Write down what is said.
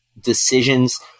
decisions